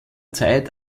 zeit